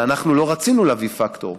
אבל אנחנו לא רצינו להביא פקטור,